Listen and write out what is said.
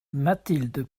mathilde